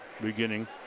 beginning